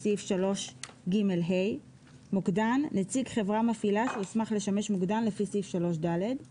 סעיף 3ג(ה); "מוקדן" נציג חברה מפעילה שהוסמך לשמש מוקדן לפי סעיף 3ד;